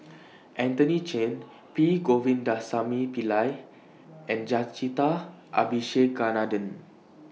Anthony Chen P Govindasamy Pillai and Jacintha Abisheganaden